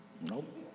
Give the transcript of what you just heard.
Nope